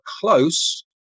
close